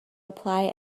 apply